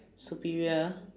superior